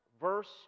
verse